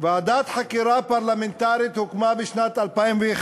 ועדת חקירה פרלמנטרית הוקמה בשנת 2001,